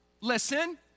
Listen